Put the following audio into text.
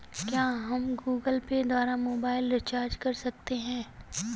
क्या हम Google Pay द्वारा मोबाइल रिचार्ज कर सकते हैं?